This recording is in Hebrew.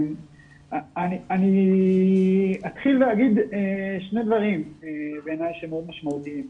אני אתחיל ואגיד שני דברים בעיניי שמאוד משמעותיים.